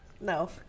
No